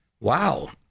Wow